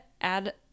add